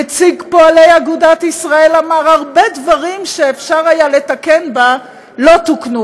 נציג פועלי אגודת ישראל אמר: הרבה דברים שאפשר היה לתקן בה לא תוקנו,